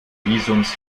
visums